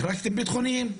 החרגתם ביטחוניים.